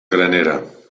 granera